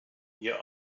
ihr